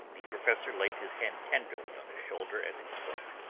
the professor laid his hand tenderly on his shoulder as he spoke